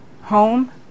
home